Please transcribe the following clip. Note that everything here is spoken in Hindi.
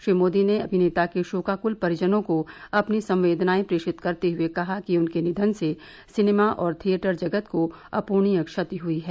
श्री मोदी ने अमिनेता के शोकाकुल परिजनों को अपनी संवेदनाएं प्रेषित करते हुए कहा कि उनके निधन से सिनेमा और थिएटर जगत को अपुरणीय क्षति हुई है